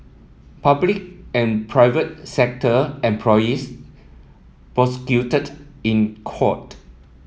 public and private sector employees prosecuted in court